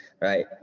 right